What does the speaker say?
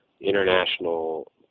international